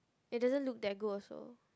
it doesn't look that good also